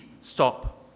stop